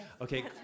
Okay